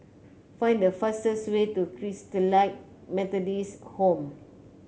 find the fastest way to Christalite Methodist Home